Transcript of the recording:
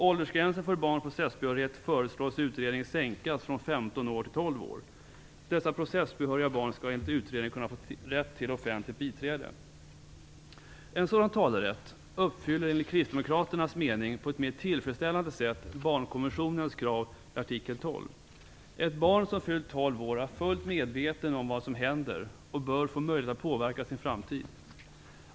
Åldersgränsen för barns processbehörighet föreslås i utredningen sänkas från 15 år till tolv år. Dessa processbehöriga barn skall enligt utredning kunna få rätt till ett offentligt biträde. En sådan talerätt uppfyller enligt kristdemokraternas mening på ett mer tillfredsställande sätt barnkonventionens krav i artikel Ett barn som fyllt tolv år är fullt medvetet om vad som händer och bör få möjlighet att påverka sin framtid.